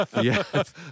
Yes